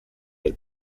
del